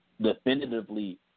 definitively